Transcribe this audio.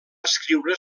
escriure